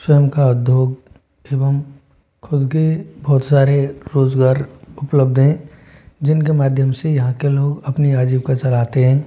स्वयं का उद्योग एवं खुद के बहुत सारे रोजगार उपलब्ध हैं जिनके माध्यम से यहाँ के लोग अपनी आजीविका चलाते हैं